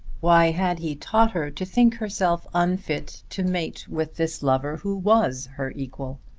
why had he taught her to think herself unfit to mate with this lover who was her equal?